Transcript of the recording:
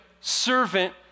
servant